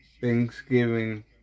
Thanksgiving